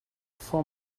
for